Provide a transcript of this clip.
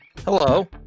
Hello